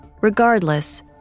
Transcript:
Regardless